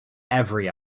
every